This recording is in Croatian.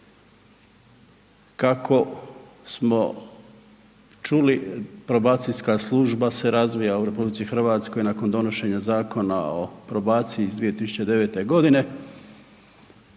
Kako smo čuli probacijska služba se razvija u RH nakon donošenja Zakona o probaciji iz 2009. godine,